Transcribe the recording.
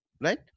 right